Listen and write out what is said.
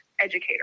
educator